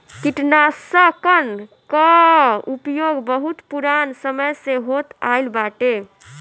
कीटनाशकन कअ उपयोग बहुत पुरान समय से होत आइल बाटे